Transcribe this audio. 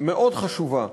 מאוד חשובה.